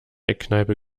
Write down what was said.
eckkneipe